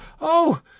oh